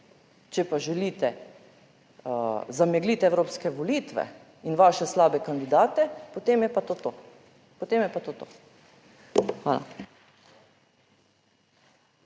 Če pa želite zamegliti evropske volitve in vaše slabe kandidate, potem je pa to to. Potem